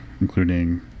including